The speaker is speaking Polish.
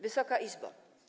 Wysoka Izbo!